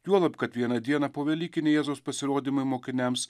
juolab kad vieną dieną povelykiniai jėzaus pasirodymai mokiniams